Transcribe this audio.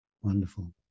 Wonderful